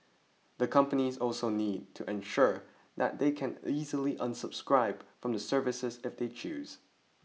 the companies also need to ensure that they can easily unsubscribe from the service if they choose